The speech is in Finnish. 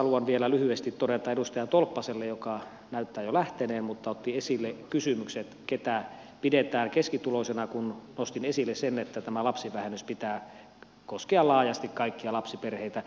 haluan vielä lyhyesti todeta edustaja tolppaselle joka näyttää jo lähteneen mutta joka otti esille kysymyksen ketä pidetään keskituloisena kun nostin esille sen että tämän lapsivähennyksen pitää koskea laajasti kaikkia lapsiperheitä